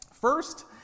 First